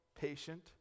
patient